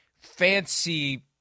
fancy